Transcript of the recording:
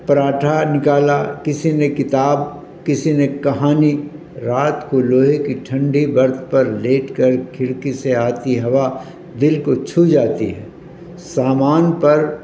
پراٹھا نکالا کسی نے کتاب کسی نے کہانی رات کو لوہے کی ٹھنڈی برتھ پر لیٹ کر کھڑکی سے آتی ہوا دل کو چھو جاتی ہے سامان پر